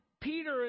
Peter